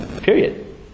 period